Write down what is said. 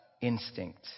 instinct